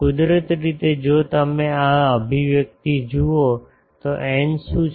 કુદરતી રીતે જો તમે આ અભિવ્યક્તિ જુઓ તો એન શું છે